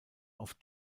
auf